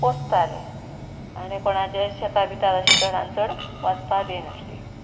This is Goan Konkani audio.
पोसतालीं आनी कोणाचें शेतां भितां अशें चडान चड वचपा दिनासलीं